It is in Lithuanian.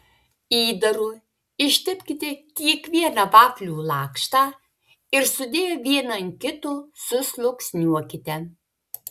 įdaru ištepkite kiekvieną vaflių lakštą ir sudėję vieną ant kito susluoksniuokite